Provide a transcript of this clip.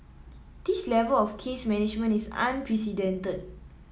this level of case management is unprecedented